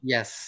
Yes